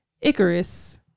Icarus